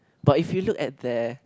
but if you look at their